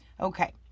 Okay